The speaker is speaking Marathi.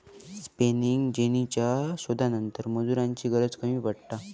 स्पेनिंग जेनीच्या शोधानंतर मजुरांची गरज कमी पडता